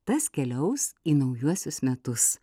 tas keliaus į naujuosius metus